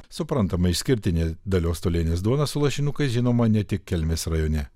suprantama išskirtinė dalios tolienės duona su lašinukais žinoma ne tik kelmės rajone